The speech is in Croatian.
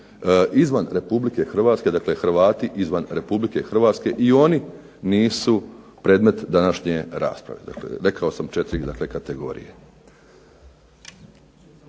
izvan Republike Hrvatske dakle Hrvati izvan Republike Hrvatske i oni nisu predmet današnje rasprave. Rekao sam 4 kategorije.